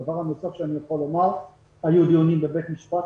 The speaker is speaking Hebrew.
דבר נוסף, היו דיונים בבית משפט,